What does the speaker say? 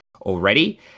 already